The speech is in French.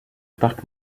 parc